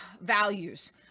values